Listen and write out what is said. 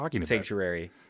sanctuary